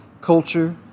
culture